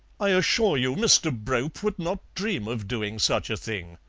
i assure you mr. brope would not dream of doing such a thing.